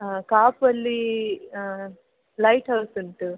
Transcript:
ಹಾಂ ಕಾಪುವಲ್ಲಿ lighthouse ಉಂಟು